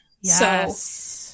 Yes